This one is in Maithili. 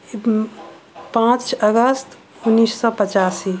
पाँच अगस्त उन्नैस सए पचासी